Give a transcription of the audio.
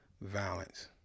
violence